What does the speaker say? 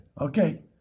Okay